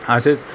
असेच